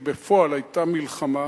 היא בפועל היתה מלחמה,